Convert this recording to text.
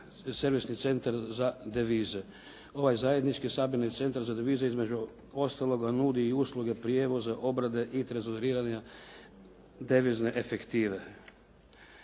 Servisni centar za devize. Ovaj zajednički Sabirni centar za devize između ostalog nudi usluge prijevoza, obrade i trezoriranja devizne efektive.